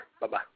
Bye-bye